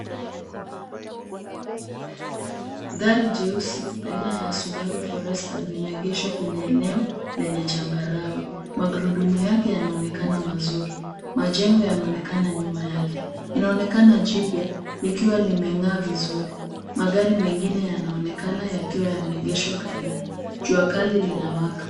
Gari jeusi aina ya Subaru Forester limeegeshwa kwenye eneo lenye changarawe. Magurudumu yake yanaonekana mazuri. Majengo yanaonekana nyuma yake. Inaonekana jipya likiwa limeng'aa vizuri. Magari mengine yanaonekana yakiwa yameegeshwa karibu. Jua kali linawaka.